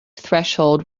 threshold